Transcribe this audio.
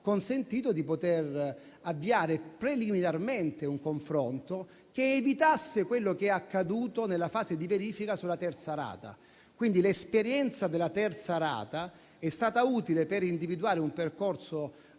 consentito di poter avviare preliminarmente un confronto che evitasse quanto è accaduto nella fase di verifica sulla terza rata. Quindi, l'esperienza della terza rata è stata utile per individuare un percorso nuovo